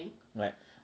what